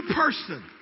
person